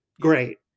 great